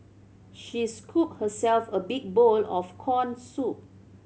she scooped herself a big bowl of corn soup